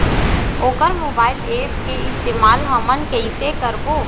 वोकर mobile app के इस्तेमाल हमन कइसे करबो?